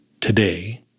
today